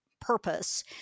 purpose